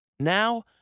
Now